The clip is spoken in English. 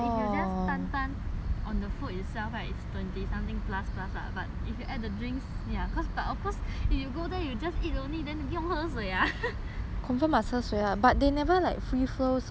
itself right it's twenty something plus plus lah but if you add the drinks ya cause but of course you go there you just eat only then 你不用喝水 ah free flow orh